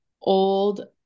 old